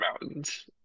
mountains